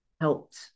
helped